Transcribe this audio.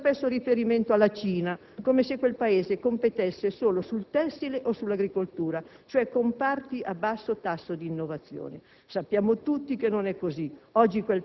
Si fa spesso riferimento alla Cina, come se quel Paese competesse solo sul tessile o sull'agricoltura, cioè comparti a basso tasso di innovazione. Sappiamo tutti che non è così: